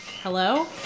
Hello